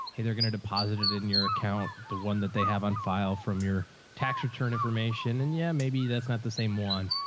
hey, they're going to deposit it in your account, the one that they have on file from your tax return information. and yeah, maybe that's not the same one.